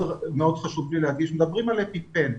מדברים על אפיפן,